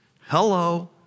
Hello